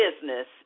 business